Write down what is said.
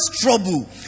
trouble